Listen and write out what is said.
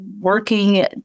working